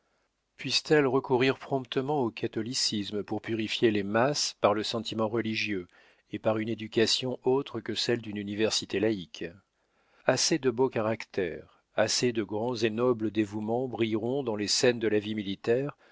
puisse-t-elle recourir promptement au catholicisme pour purifier les masses par le sentiment religieux et par une éducation autre que celle d'une université laïque assez de beaux caractères assez de grands et nobles dévouements brilleront dans les scènes de la vie militaire